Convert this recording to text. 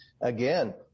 Again